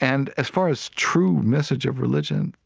and as far as true message of religion,